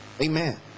amen